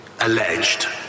...alleged